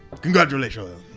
Congratulations